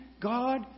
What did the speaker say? God